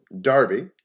Darby